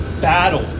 battle